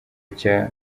cya